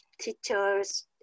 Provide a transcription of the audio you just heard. teachers